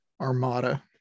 armada